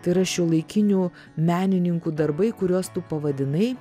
tai yra šiuolaikinių menininkų darbai kuriuos tu pavadinai